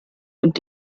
und